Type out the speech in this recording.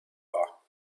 war